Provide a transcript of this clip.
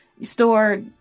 Store